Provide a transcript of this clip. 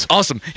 Awesome